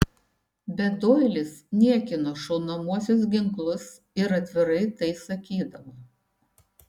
bet doilis niekino šaunamuosius ginklus ir atvirai tai sakydavo